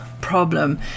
problem